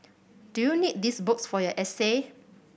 do you need these books for your essay